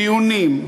דיונים,